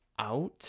out